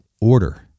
order